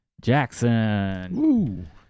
Jackson